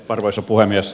arvoisa puhemies